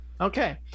Okay